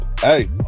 hey